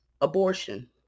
abortion